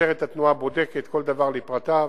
משטרת התנועה בודקת כל דבר לפרטיו,